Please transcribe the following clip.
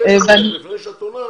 לפני שאת עונה,